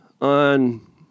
on